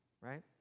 right